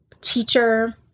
teacher